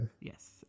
Yes